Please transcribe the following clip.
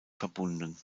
verbunden